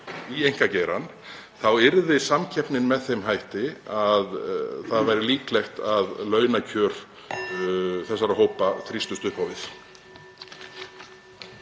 í einkageirann þá yrði samkeppnin með þeim hætti að það væri líklegt að launakjör þessara hópa þrýstust upp á við.